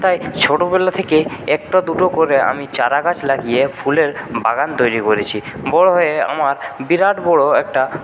তাই ছোটোবেলা থেকে একটা দুটো করে আমি চারাগাছ লাগিয়ে ফুলের বাগান তৈরি করেছি বড়ো হয়ে আমার বিরাট বড়ো একটা